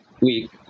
week